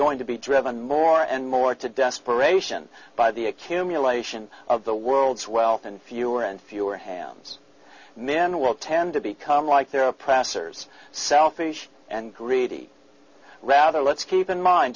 going to be driven more and more to desperation by the accumulation of the world's wealth in fewer and fewer hands men will tend to become like their oppressors selfish and greedy rather let's keep in mind